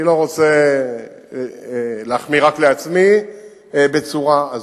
אני לא רוצה להחמיא רק לעצמי בצורה הזאת.